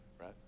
right